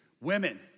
women